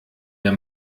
der